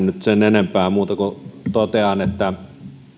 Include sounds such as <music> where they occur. <unintelligible> nyt sen enempää muuta kuin totean että